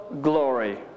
glory